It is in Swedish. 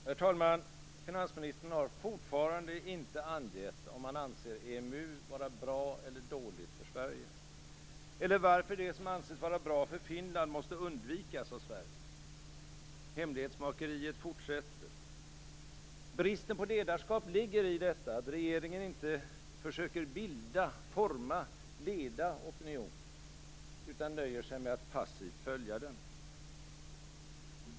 Herr talman! Finansministern har fortfarande inte angett om han anser EMU vara bra eller dåligt för Sverige, eller varför det som anses vara bra för Finland måste undvikas av Sverige. Hemlighetsmakeriet fortsätter. Bristen på ledarskap ligger i att regeringen inte försöker bilda, forma, leda opinionen utan nöjer sig med att passivt följa den.